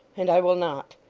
and i will not.